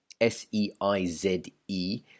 s-e-i-z-e